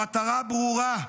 המטרה ברורה: